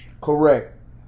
Correct